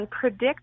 predict